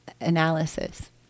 analysis